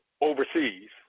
overseas